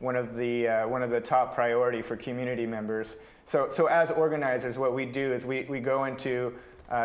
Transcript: one of the one of the top priority for community members so so as organizers what we do is we go into